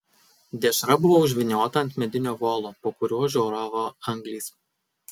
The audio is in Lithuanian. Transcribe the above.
dešra buvo užvyniota ant medinio volo po kuriuo žioravo anglys